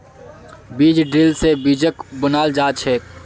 बीज ड्रिल से बीजक बुनाल जा छे